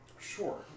sure